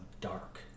dark